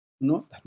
No